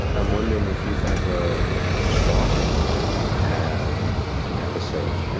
i'm wondering if you ever saw him have an episode.